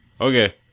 Okay